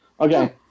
Okay